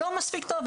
לא מספיק טוב,